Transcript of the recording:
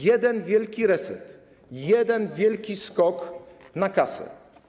Jeden wielki reset, jeden wielki skok na kasę.